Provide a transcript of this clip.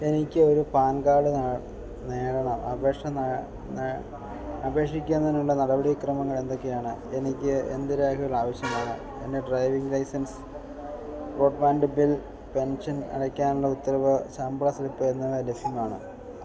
എനിക്കൊരു PAN card നേടണം അപേക്ഷിക്കുന്നതിനുള്ള നടപടിക്രമങ്ങളെന്തൊക്കെയാണ് എനിക്കെന്ത് രേഖകളാവശ്യമാണ് എന്റെ driving licence broadband bill pension അടയ്ക്കാനുള്ള ഉത്തരവ് ശമ്പള സ്ലിപ്പ് എന്നിവ ലഭ്യമാണ്